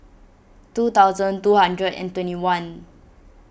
two thousand two hundred and twenty one